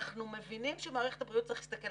אנחנו מבינים שעל מערכת הבריאות צריך להסתכל